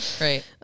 right